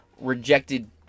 rejected